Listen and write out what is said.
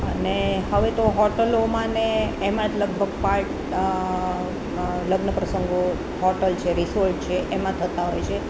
અને હવે તો હોટલોમાંને એમાં જ લગભગ પાર્ટ લગ્ન પ્રસંગો હોટલ છે રિસોર્ટ છે એમાં થતાં હોય છે